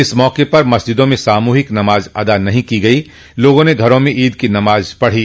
इस मौके पर मस्जिदों में सामूहिक नमाज अदा नहीं की गई लोगों ने घरों में ईद की नमाज पढ़ी